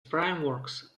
frameworks